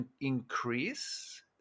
increase